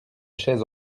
chaises